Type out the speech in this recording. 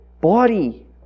body